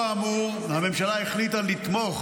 לאור האמור, הממשלה החליטה לתמוך